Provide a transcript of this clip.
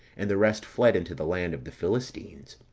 and the rest fled into the land of the philistines.